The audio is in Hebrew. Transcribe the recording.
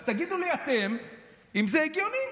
אז תגידו לי אתם אם זה הגיוני.